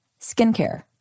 Skincare